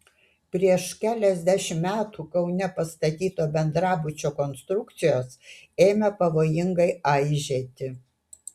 prieš keliasdešimt metų kaune pastatyto bendrabučio konstrukcijos ėmė pavojingai aižėti